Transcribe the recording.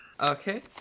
Okay